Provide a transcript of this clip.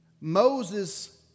Moses